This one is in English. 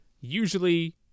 usually